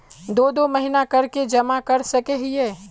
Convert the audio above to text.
दो दो महीना कर के जमा कर सके हिये?